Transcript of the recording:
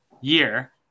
year